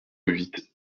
huit